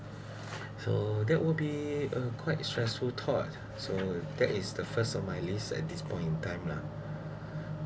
so that will be uh quite stressful thought so that is the first of my list at this point in time lah